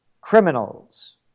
Criminals